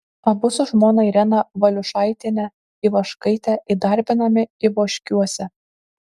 abu su žmona irena valiušaitiene ivaškaite įdarbinami ivoškiuose